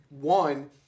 one